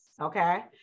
okay